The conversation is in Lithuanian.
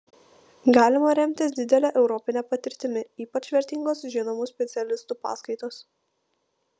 galima remtis didele europine patirtimi ypač vertingos žinomų specialistų paskaitos